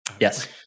Yes